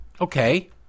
Okay